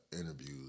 interviews